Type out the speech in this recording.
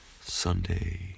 Sunday